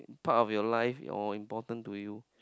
part of your life your important to you